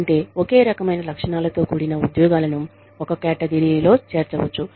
అంటే ఒకే రకమైన లక్షణాలతో కూడిన ఉద్యోగాలను ఒక కేటగిరీలో చేర్చవచ్చు